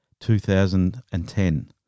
2010